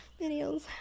videos